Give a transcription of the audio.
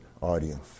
audience